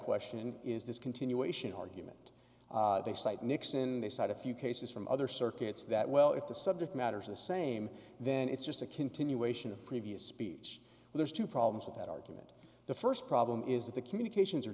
question is this continuation argument they cite nixon they cite a few cases from other circuits that well if the subject matter is the same then it's just a continuation of previous speech where there's two problems with that argument the first problem is that the communications